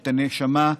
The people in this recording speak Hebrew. את הנשמה,